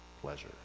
pleasure